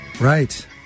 Right